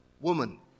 woman